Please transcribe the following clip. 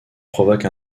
provoque